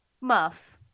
muff